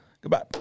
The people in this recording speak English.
Goodbye